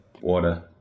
water